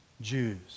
Jews